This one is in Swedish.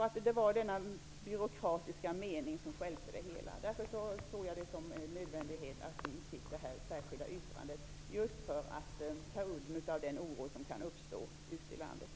Det var detta byråkratiska mening som stjälpte det hela. Jag såg det som en nödvändighet att avge detta särskilda yttrande just för att ta udden av den oro som kan uppstå ute i landet.